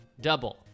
double